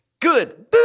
Good